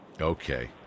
Okay